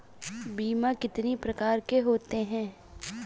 बीमा कितनी प्रकार के होते हैं?